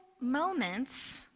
moments